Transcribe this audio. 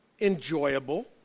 enjoyable